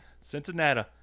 Cincinnati